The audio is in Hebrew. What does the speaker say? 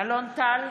אלון טל,